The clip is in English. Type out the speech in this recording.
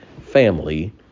family